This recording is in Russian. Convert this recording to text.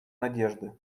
надежды